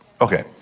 Okay